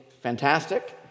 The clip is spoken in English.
fantastic